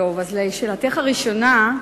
1. לשאלתך הראשונה,